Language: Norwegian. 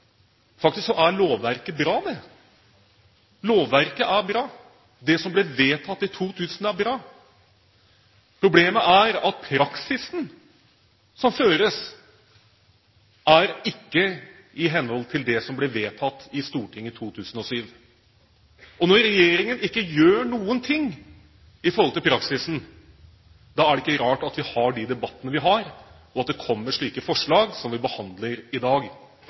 faktisk så er lovverket bra! Lovverket er bra. Det som ble vedtatt i 2007, er bra. Problemet er at praksisen som føres, ikke er i henhold til det som ble vedtatt i Stortinget i 2007. Og når regjeringen ikke gjør noen ting i forhold til praksisen, er det ikke rart at vi har de debattene vi har, og at det kommer slike forslag som vi behandler i dag.